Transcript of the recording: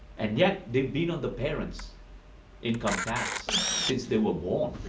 and yet they've been on their parents' income tax since they were born.